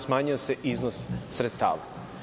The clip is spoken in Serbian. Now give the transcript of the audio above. Smanjio se iznos sredstava.